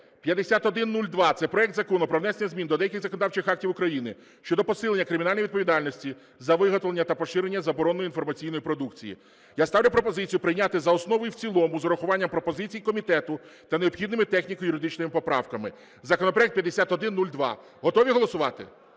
5102 - це проект Закону про внесення змін до деяких законодавчих актів України (щодо посилення кримінальної відповідальності за виготовлення та поширення забороненої інформаційної продукції). Я ставлю пропозицію прийняти за основу і в цілому з урахуванням пропозицій комітету та необхідними техніко-юридичними поправками. Законопроект 5102. Готові голосувати?